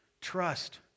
Trust